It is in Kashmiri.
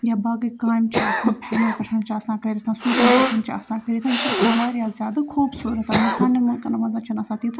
یا باقٕے کامہِ چھِ آسان پھیٚرنَن پٮ۪ٹھ چھِ آسان کٔرِتھ سوٗٹَن پٮ۪ٹھ چھِ آسان کٔرِتھ یہِ چھِ آسان واریاہ زیادٕ خوٗبصوٗرت مَہ سانیٚن مُلکَن منٛز چھِنہٕ آسان تیٖژاہ